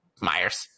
Myers